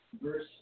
Verse